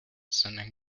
sending